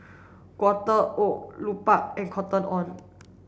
Quaker Oat Lupark and Cotton On